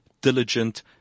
diligent